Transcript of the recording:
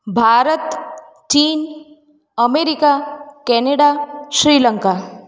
Bharat Chin America Canada Sri Lanka